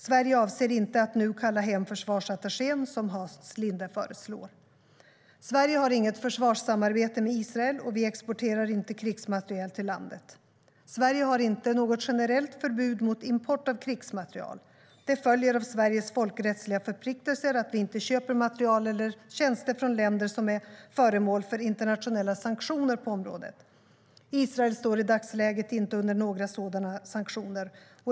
Sverige avser inte att nu kalla hem försvarsattachén, som Hans Linde föreslår. Sverige har inget försvarssamarbete med Israel, och vi exporterar inte krigsmateriel till landet. Sverige har inte något generellt förbud mot import av krigsmateriel. Det följer av Sveriges folkrättsliga förpliktelser att vi inte köper materiel eller tjänster från länder som är föremål för internationella sanktioner på området. Israel står i dagsläget inte under några sådana sanktioner.